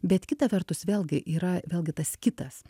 bet kita vertus vėlgi yra vėlgi tas kitas